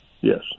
Yes